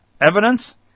Evidence